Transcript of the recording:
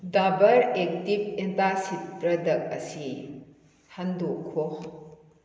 Dabur active antacid product ꯑꯁꯤ ꯍꯟꯗꯣꯛꯈꯣ